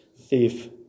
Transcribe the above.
thief